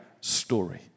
story